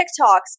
TikToks